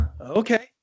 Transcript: okay